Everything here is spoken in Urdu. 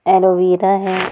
ایلوویرا ہے